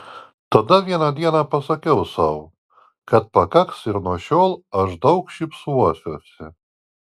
tada vieną dieną pasakiau sau kad pakaks ir nuo šiol aš daug šypsosiuosi